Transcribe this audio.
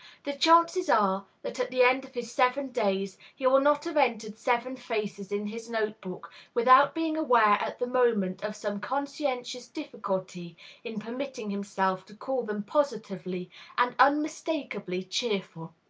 the chances are that at the end of his seven days he will not have entered seven faces in his note-book without being aware at the moment of some conscientious difficulty in permitting himself to call them positively and unmistakably cheerful.